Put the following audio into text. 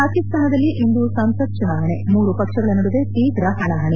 ಪಾಕಿಸ್ನಾನದಲ್ಲಿ ಇಂದು ಸಂಸತ್ ಚುನಾವಣೆ ಮೂರು ಪಕ್ಷಗಳ ನಡುವೆ ತೀವ್ರ ಹಣಾಹಣಿ